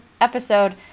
episode